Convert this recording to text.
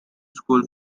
school